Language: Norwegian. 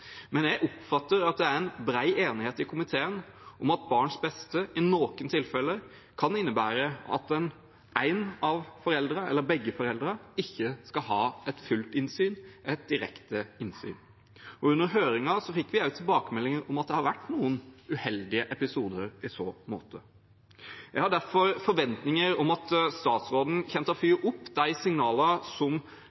Men jeg oppfatter at det er en bred enighet i komiteen om at barns beste i noen tilfeller kan innebære at en av foreldrene, eller begge foreldrene, ikke skal ha et fullt innsyn og et direkte innsyn. Under høringen fikk vi også tilbakemeldinger om at det har vært noen uheldige episoder i så måte. Jeg har derfor forventninger om at statsråden kommer til å